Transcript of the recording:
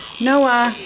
noah